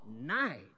night